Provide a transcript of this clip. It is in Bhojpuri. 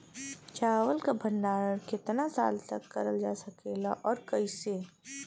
चावल क भण्डारण कितना साल तक करल जा सकेला और कइसे?